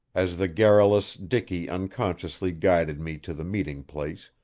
as the garrulous dicky unconsciously guided me to the meeting-place,